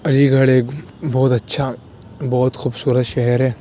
علی گڑھ ایک بہت اچھا بہت خوبصورت شہر ہے